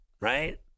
right